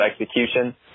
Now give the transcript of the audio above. execution